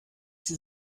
sie